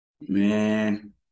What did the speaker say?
Man